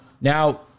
Now